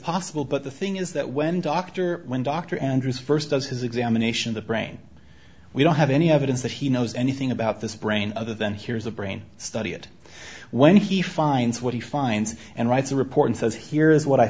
possible but the thing is that when dr when dr andrews first does his examination of the brain we don't have any evidence that he knows anything about this brain other than here's a brain study it when he finds what he finds and writes a report and says here is what i